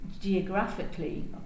geographically